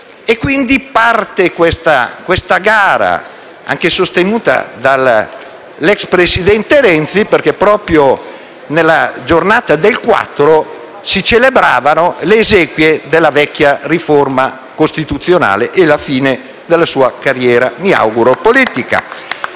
quindi, una gara, sostenuta anche dall'ex presidente Renzi, perché proprio nella giornata del 4 dicembre si celebravano le esequie della vecchia riforma costituzionale e la fine della sua carriera - mi auguro - politica.